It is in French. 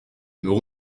nos